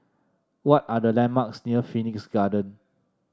what are the landmarks near Phoenix Garden